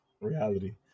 reality